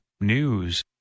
News